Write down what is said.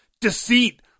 deceit